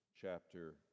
chapter